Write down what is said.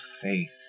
faith